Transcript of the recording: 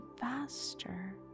faster